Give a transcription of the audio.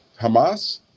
Hamas